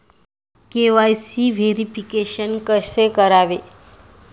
KYC verification कसे करावे?